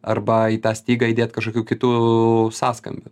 arba į tą stygą įdėt kažkokių kitų sąskambių